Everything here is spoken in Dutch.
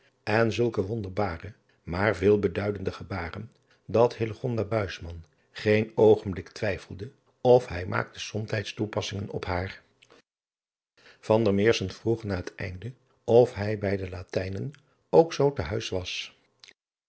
en zulke wonderbare maar veel beduidende gebaarden dat geen oogenblik twijfelde of hij maakte somtijds toepassingen op haar vroeg na het einde of hij bij de atijnen ook zoo te huis was